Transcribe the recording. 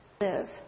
live